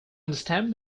understand